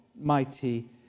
mighty